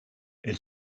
elle